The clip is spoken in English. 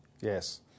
Yes